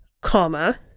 comma